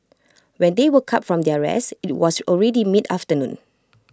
when they woke up from their rest IT was already mid afternoon